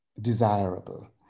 desirable